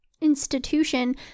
institution